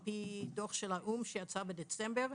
על פי דוח של האו"ם שיצא בדצמבר,